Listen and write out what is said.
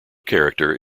character